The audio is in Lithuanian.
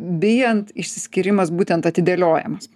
bijant išsiskyrimas būtent atidėliojamas